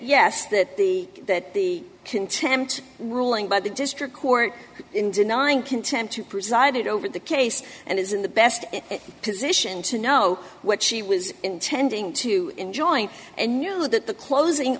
yes that that the contempt ruling by the district court in denying contempt who presided over the case and is in the best position to know what she was intending to enjoin and knew that the closing